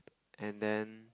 and then